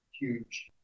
huge